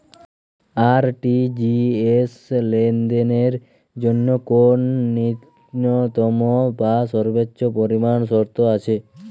RTGS লেনদেনের জন্য কোন ন্যূনতম বা সর্বোচ্চ পরিমাণ শর্ত আছে?